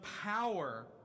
power